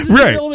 right